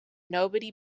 nobody